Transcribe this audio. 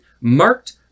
marked